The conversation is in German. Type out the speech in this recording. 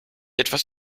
etwas